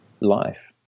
life